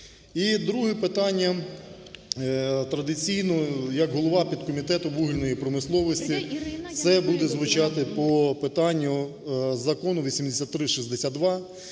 І друге питання, традиційно, як голова підкомітету вугільної промисловості, це буде звучати по питанню Закону 8362,